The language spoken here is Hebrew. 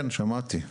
כן, שמעתי.